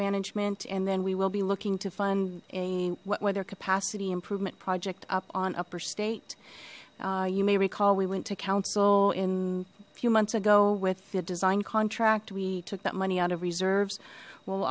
management and then we will be looking to fund a wet weather capacity improvement project up on upper state you may recall we went to council in a few months ago with the design contract we took that money out of reserves w